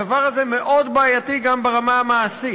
הדבר הזה מאוד בעייתי גם ברמה המעשית.